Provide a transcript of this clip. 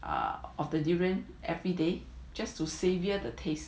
err of the durian every day just to savour the taste